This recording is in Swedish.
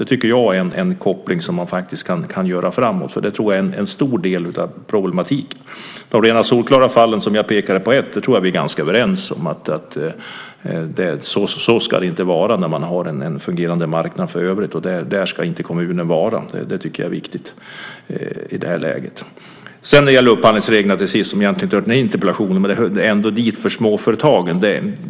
Jag tycker att det är en koppling som man kan göra framåt, för jag tror att det är en stor del av problematiken. De rena, solklara fallen som jag pekade på tror jag att vi är ganska överens om. Så ska det inte vara när man har en fungerande marknad för övrigt. Där ska inte kommunen vara. Det tycker jag är viktigt i det här läget. Till sist gäller det upphandlingsreglerna. De hör ju egentligen inte riktigt till den här interpellationen. Men de hör ändå dit för småföretagen.